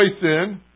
sin